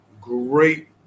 great